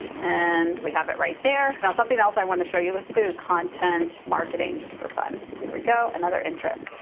and we have it right there. now, something else i wanna show you. let's so content marketing, just for fun. there we go, another interest.